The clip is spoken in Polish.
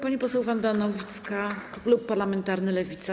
Pani poseł Wanda Nowicka, klub parlamentarny Lewica.